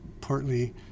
partly